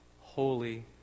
holy